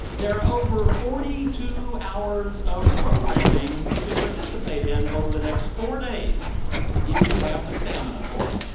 there are over forty two hours of programming you could participate in over the next four days if you have the stamina for it.